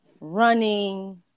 running